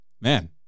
man